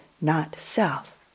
not-self